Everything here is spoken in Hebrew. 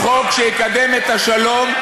הוא חוק שיקדם את השלום,